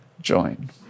join